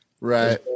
Right